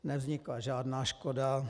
Nevznikla žádná škoda.